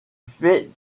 fait